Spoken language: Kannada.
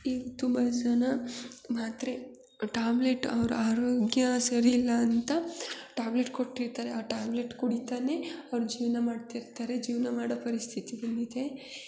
ಈಗ ತುಂಬ ಜನ ಮಾತ್ರೆ ಟ್ಯಾಬ್ಲೆಟ್ ಅವ್ರ ಆರೋಗ್ಯ ಸರಿಯಿಲ್ಲ ಅಂತ ಟ್ಯಾಬ್ಲೆಟ್ ಕೊಟ್ಟಿರ್ತಾರೆ ಆ ಟ್ಯಾಬ್ಲೆಟ್ ಕುಡಿತಲೇ ಅವ್ರು ಜೀವನ ಮಾಡ್ತಿರ್ತಾರೆ ಜೀವನ ಮಾಡೋ ಪರಿಸ್ಥಿತಿ ಬಂದಿದೆ